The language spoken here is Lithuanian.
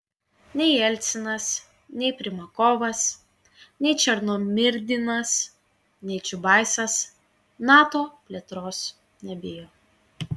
nei jelcinas nei primakovas nei černomyrdinas nei čiubaisas nato plėtros nebijo